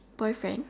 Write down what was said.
boyfriend